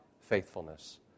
faithfulness